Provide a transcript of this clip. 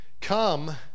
Come